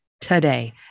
today